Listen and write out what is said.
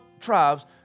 tribes